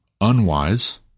unwise